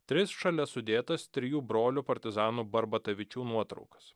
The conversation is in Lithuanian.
tris šalia sudėtas trijų brolių partizanų barbatavičių nuotraukas